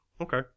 Okay